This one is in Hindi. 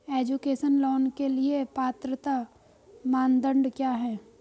एजुकेशन लोंन के लिए पात्रता मानदंड क्या है?